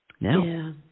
Now